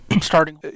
starting